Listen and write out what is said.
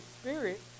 Spirit